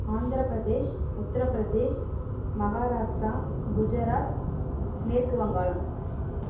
ஆந்திரப்பிரதேஷ் உத்திரப்பிரதேஷ் மஹாராஷ்டா குஜராத் மேற்கு வங்காளம்